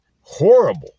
horrible